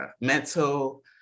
mental